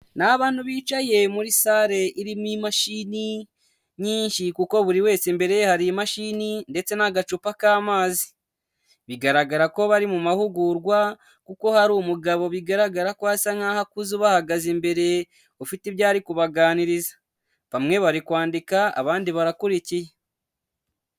Ni abantu bicaye muri sale irimo imashini nyinshi, kuko buri wese imbere ye hari imashini ndetse n'agacupa k'amazi. Bigaragara ko bari mu mahugurwa kuko hari umugabo bigaragara ko asa nkaho akuze ubahagaze imbere, ufite ibyo ari kubaganiriza. Bamwe bari kwandika, abandi barakurikiye.